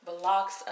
blocks